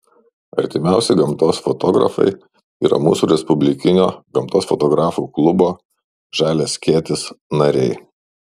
artimiausi gamtos fotografai yra mūsų respublikinio gamtos fotografų klubo žalias skėtis nariai